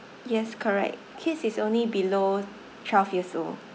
yes correct kids is only below twelve years old